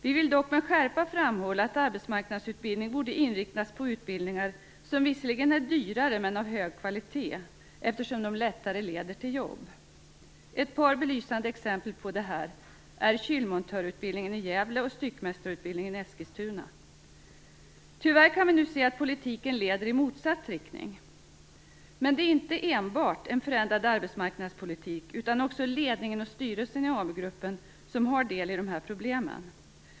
Vi vill dock med skärpa framhålla att arbetsmarknadsutbildning borde inriktas på utbildningar som visserligen är dyrare men av hög kvalitet, eftersom de lättare leder till jobb. Ett par belysande exempel på detta är kylmontörutbildningen i Gävle och styckmästarutbildningen i Eskilstuna. Tyvärr kan vi nu se att politiken leder i motsatt riktning. Men det är inte enbart en förändrad arbetsmarknadspolitik utan också ledningen och styrelsen i Amugruppen som har del i de här problemen.